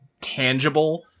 tangible